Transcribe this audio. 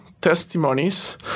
testimonies